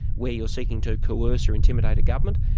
where you're seeking to coerce or intimidate a government,